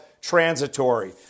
transitory